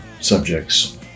subjects